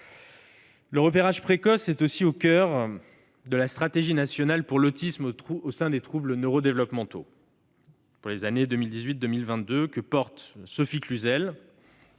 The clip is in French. Le repérage précoce est aussi au coeur de la Stratégie nationale pour l'autisme au sein des troubles du neuro-développement pour les années 2018-2022 que porte Sophie Cluzel,